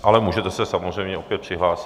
Ale můžete se samozřejmě opět přihlásit.